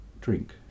drink